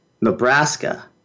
Nebraska